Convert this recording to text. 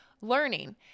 learning